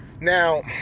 now